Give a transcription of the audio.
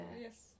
yes